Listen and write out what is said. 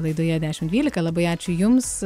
laidoje dešim dvylika labai ačiū jums